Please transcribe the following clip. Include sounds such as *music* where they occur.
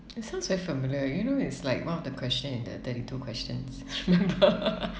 it sounds very familiar you know it's like one of the question in the thirty two questions *laughs* remember